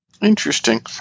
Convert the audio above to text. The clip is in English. Interesting